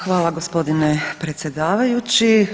Hvala gospodine predsjedavajući.